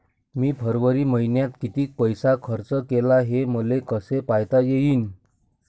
मी फरवरी मईन्यात कितीक पैसा खर्च केला, हे मले कसे पायता येईल?